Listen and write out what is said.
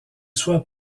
soient